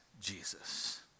Jesus